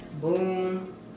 boom